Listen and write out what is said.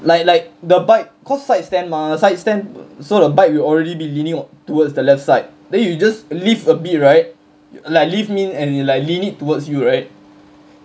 like like the bike cause side stand mah side stand so the bike will already be leaning towards the left side then you just lift a bit right like lift mean as in like lean it towards you right